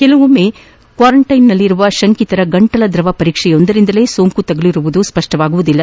ಕೆಲವೊಮ್ಮ ಕ್ವಾರಂಟೈನ್ನಲ್ಲಿರುವ ಶಂಕಿತರ ಗಂಟಲ ದ್ರವ ಪರೀಕ್ಷೆಯೊಂದರಿಂದಲೇ ಸೋಂಕು ತಗುಲಿರುವುದು ಸ್ಪಷ್ಷವಾಗುವುದಿಲ್ಲ